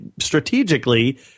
strategically